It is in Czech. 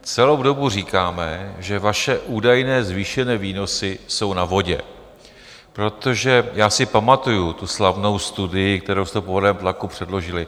Celou dobu říkáme, že vaše údajné zvýšené výnosy jsou na vodě, protože já si pamatuji tu slavnou studii, kterou jste po velkém tlaku předložili.